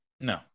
No